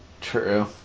True